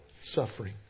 suffering